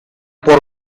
por